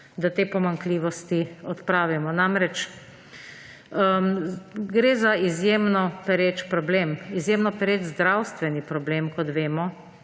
da te pomanjkljivosti odpravimo. Gre za izjemno pereč problem. Izjemno pereč zdravstveni problem, kot vemo,